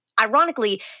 ironically